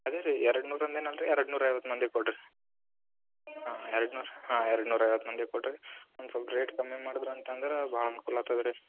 ಅದೇ ರೀ ಎರಡು ನೂರಾ ಅಂದೀನಿ ಅಲ್ಲ ರೀ ಎರಡು ನೂರಾ ಐವತ್ತು ಮಂದಿಗೆ ಕೊಡಿರಿ ಹಾಂ ಎರಡು ನೂರು ಹಾಂ ಎರಡು ನೂರಾ ಐವತ್ತು ಮಂದಿಗೆ ಕೊಡಿರಿ ಒಂದು ಸ್ವಲ್ಪ ರೇಟ್ ಕಮ್ಮಿ ಮಾಡದ್ರೆ ಅಂತಂದ್ರೆ ಭಾಳ ಅನ್ಕುಲ ಆತದೆ ರೀ